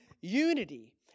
unity